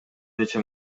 нече